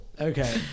Okay